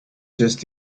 just